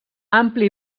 ampli